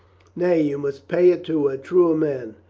nay, you must pay it to a truer man.